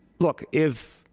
look, if